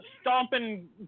Stomping